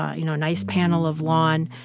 you know, a nice panel of lawn,